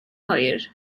hwyr